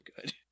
good